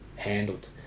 handled